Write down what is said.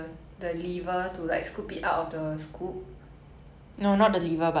it's like it's just like a C shape kind of scoop oo